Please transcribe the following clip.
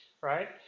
right